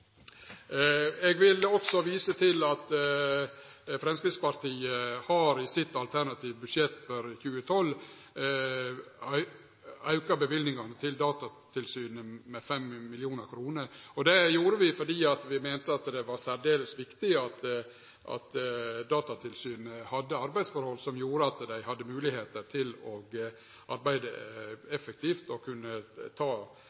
Eg vil òg vise til at Framstegspartiet i sitt alternative budsjett for 2012 har auka løyvingane til Datatilsynet med 5 mill. kr. Det gjorde vi fordi vi meinte at det var særdeles viktig at Datatilsynet hadde arbeidsforhold som gjorde at dei hadde moglegheiter til å arbeide effektivt og kunne ta